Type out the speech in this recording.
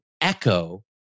echo